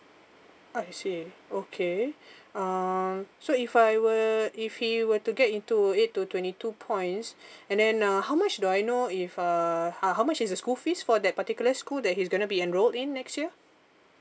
I see okay um so if I were if he were to get into uh eight to twenty two points and then uh how much do I know if err how how much is the school fees for that particular school that he's gonna be enrolled in next year